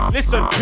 Listen